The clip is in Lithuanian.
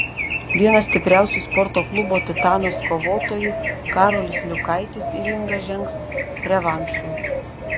vienas stipriausių sporto klubo titanas kovotojų karolis liukaitis į ringą žengs revanšui